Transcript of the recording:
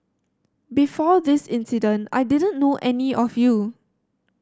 before this incident I didn't know any of you